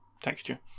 texture